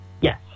yes